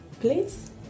please